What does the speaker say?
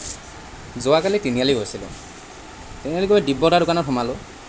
যোৱাকালি তিনিআলি গৈছিলোঁ তিনিআলিত গৈ দিব্যদা দোকানত সোমালোঁ